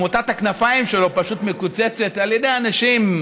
מוטת הכנפיים שלו פשוט מקוצצת על ידי אנשים,